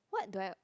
what do I